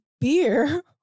beer